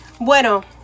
Bueno